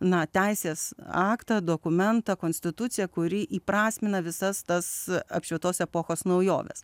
na teisės aktą dokumentą konstituciją kuri įprasmina visas tas apšvietos epochos naujoves